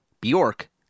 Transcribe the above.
Bjork